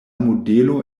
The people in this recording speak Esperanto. modelo